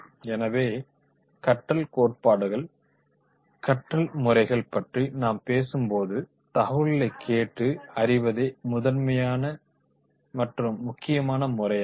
எனவே கற்றல் கோட்பாடுகள் கற்றல் முறைகள் பற்றி நாம் பேசும்போது தகவல்களைக் கேட்டு அறிவதே முதன்மையான மற்றும் முக்கியமான முறையாகும்